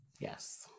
yes